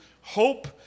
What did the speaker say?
hope